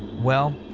well,